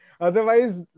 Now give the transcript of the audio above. Otherwise